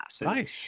Nice